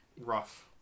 rough